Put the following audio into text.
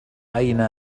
أين